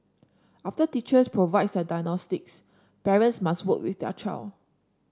after teachers provide that diagnostics parents must work with their child